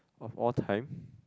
of all time